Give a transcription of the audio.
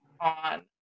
on